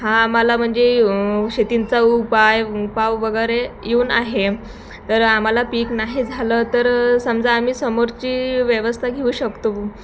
हा आम्हाला म्हणजे शेतींचा उ उपाय पाव वगैरे येऊन आहे तर आम्हाला पीक नाही झालं तर समजा आम्ही समोरची व्यवस्था घेऊ शकतो